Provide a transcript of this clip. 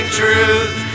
truth